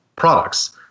products